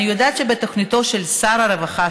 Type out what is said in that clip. אני יודעת שבתוכניתו של שר הרווחה,